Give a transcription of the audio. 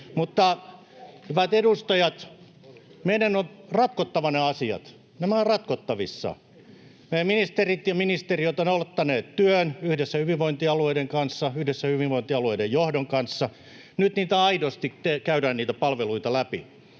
Mutta, hyvät edustajat, meidän on ratkottava ne asiat. Nämä ovat ratkottavissa. Me ministerit olemme ja ministeriöt ovat aloittaneet työn yhdessä hyvinvointialueiden kanssa, yhdessä hyvinvointialueiden johdon kanssa. Nyt niitä palveluita